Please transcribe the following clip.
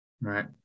Right